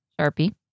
Sharpie